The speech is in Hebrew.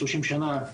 שלושים שנה,